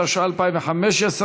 התשע"ה 2015,